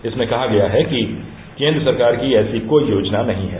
इसमें कहा गया है कि केन्द्र सरकार की ऐसी कोई योजना नहीं है